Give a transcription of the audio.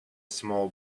small